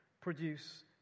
produce